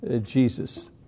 Jesus